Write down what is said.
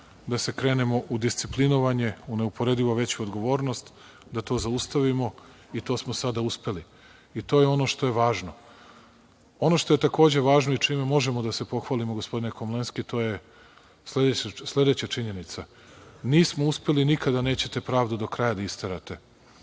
da se krene u disciplinovanje, u neuporedivo veću odgovornost, da to zaustavimo i to smo sada uspeli. To je ono što je važno. Ono što je takođe važno i čime možemo da se pohvalimo, gospodine Komlenski, to je sledeća činjenica. Nismo uspeli i nikada nećete pravdu do kraja da isterate